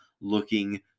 looking